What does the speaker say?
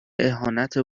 اهانت